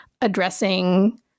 addressing